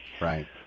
Right